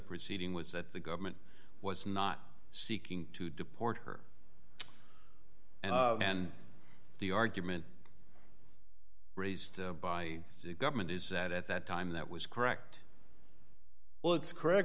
proceeding was that the government was not seeking to deport her and the argument raised by the government is that at that time that was correct well it's correct